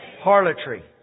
harlotry